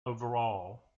overall